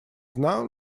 known